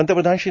पंतप्रधान श्री